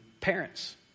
parents